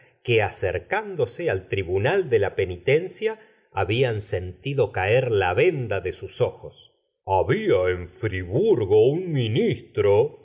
que acercándose al tribunal de la penitencia ha bian sentido caer la venda de sus ojos rabia en friburgo un ministro